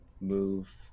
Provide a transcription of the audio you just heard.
move